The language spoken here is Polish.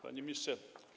Panie Ministrze!